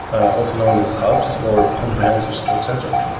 also known as hubs, or comprehensive stroke centers.